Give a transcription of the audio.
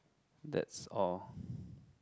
that's all